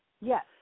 Yes